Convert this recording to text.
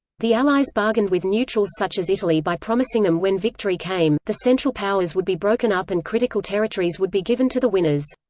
the allies bargained with neutrals such as italy by promising them when victory came, the central powers would be broken up and critical territories would be given to the winners.